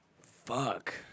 Fuck